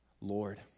Lord